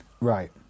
Right